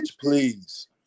please